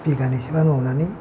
बिगानै सोल' मावनानै